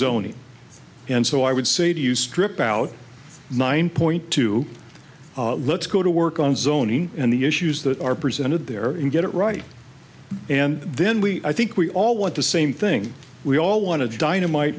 zoning and so i would say to you strip out nine point two let's go to work on zoning and the issues that are presented there and get it right and then we i think we all want the same thing we all want to dynamite